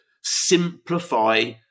simplify